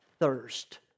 thirst